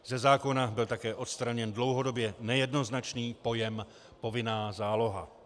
Ze zákona byl také odstraněn dlouhodobě nejednoznačný pojem povinná záloha.